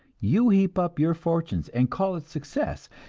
you heap up your fortunes, and call it success,